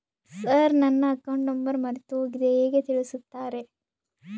Sir ನನ್ನ account number ಮರೆತುಹೋಗಿದೆ ಹೇಗೆ ತಿಳಿಸುತ್ತಾರೆ?